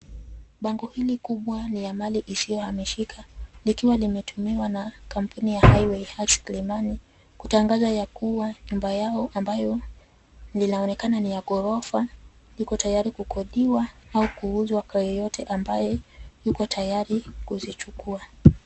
Bango hili kubwa ni ya mali isiyohamishika likiwa limetumiwa na kampuni ya Highway heights Kilimani kutangaza yakuwa nyumba yao ambayo linaonekana ni ya gorofa liko tayari kukodiwa au kuuzwa kwa yeyote ambaye yuko tayari kuzichukua.